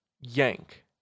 yank